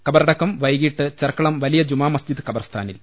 ഖബറടക്കം വ്രൈകീട്ട് ചെർക്കളം വലിയ ജുമാ മസ്ജിദ് ഖബർസ്ഥാനിൽ